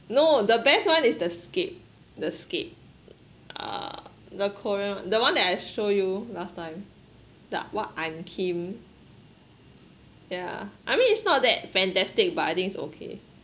no the best one is the SCAPE the SCAPE uh the korean [one] the one that I show you last time like what I'm Kim yeah I mean it's not that fantastic but I think it's okay